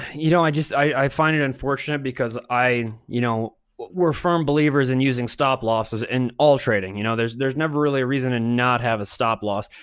you know, i just, i find it unfortunate because i, you know, we're firm believers in using stop losses in all trading. you know there's there's never really a reason to and not have a stop loss.